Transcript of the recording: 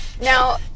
now